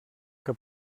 que